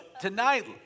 tonight